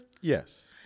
yes